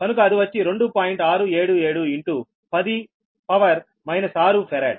677 10 6 farad